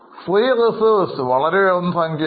free reserve വളരെ ഉയർന്ന തുകയാണ്